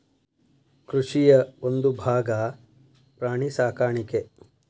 ಕೃಷಿಯ ಒಂದುಭಾಗಾ ಪ್ರಾಣಿ ಸಾಕಾಣಿಕೆ